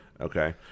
Okay